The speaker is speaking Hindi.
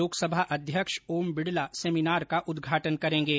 लोकसभा अध्यक्ष ओम बिरला सेमीनार का उद्घाटन करेंगे